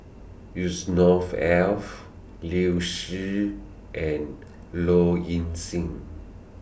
Yusnor Ef Liu Si and Low Ing Sing